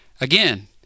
Again